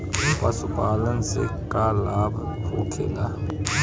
पशुपालन से का लाभ होखेला?